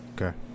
Okay